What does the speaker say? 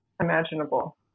imaginable